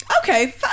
okay